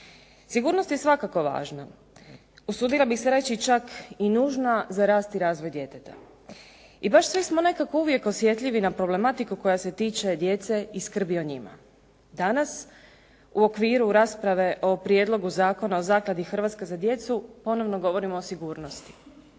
Sigurnost je svakako važna, usudila bih se reći čak i nužna za rast i razvoj djeteta. I baš svi smo nekako uvijek osjetljivi na problematiku koja se tiče djece i skrbi o njima. Danas u okviru rasprave o Prijedlogu zakona o zakladi "Hrvatska za djecu" ponovno govorimo o sigurnosti.